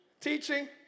teaching